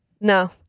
No